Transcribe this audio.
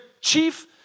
chief